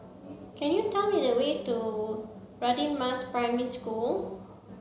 can you tell me the way to Radin Mas Primary School